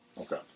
okay